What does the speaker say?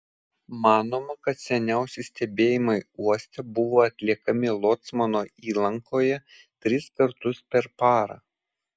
manoma kad seniausi stebėjimai uoste buvo atliekami locmano įlankoje tris kartus per parą